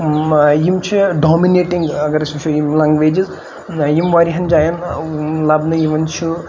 یِم چھِ ڈامٕنیٹِنٛگ اگر أسۍ وٕچھو یِم لنٛگویجِز یِم واریَہَن جایَن لَبنہٕ یِوان چھُ